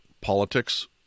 politics